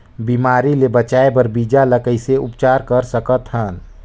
बिमारी ले बचाय बर बीजा ल कइसे उपचार कर सकत हन?